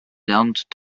lernt